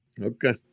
Okay